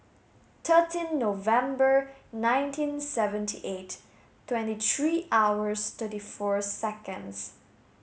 thirteen November nineteen seventy eight twenty three hours thirty four seconds